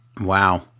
Wow